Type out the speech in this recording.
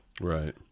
Right